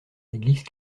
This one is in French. l’église